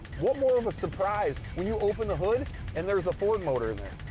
what more of a surprise when you open the hood and there's a ford motor in there?